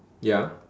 ya